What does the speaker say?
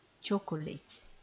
chocolates